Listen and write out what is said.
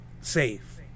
safe